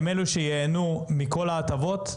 הם אלה שייהנו מכל ההטבות,